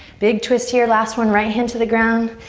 big twist here, last one. right hand to the ground.